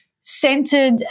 centered